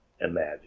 imagine